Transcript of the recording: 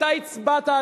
אתה הצבעת,